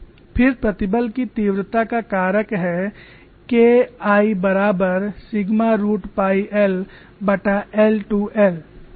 फिर प्रतिबल की तीव्रता का कारक है K I बराबर sigma root pi lI 2 I तो यह इतना सरल है